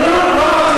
לא, לא.